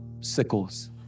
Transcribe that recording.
sickles